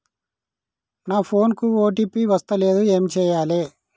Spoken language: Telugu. నా ఫోన్ కి ఓ.టీ.పి వస్తలేదు ఏం చేయాలే?